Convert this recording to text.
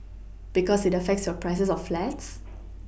because it affects your prices of flats